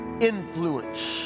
influence